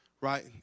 right